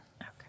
okay